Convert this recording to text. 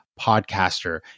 podcaster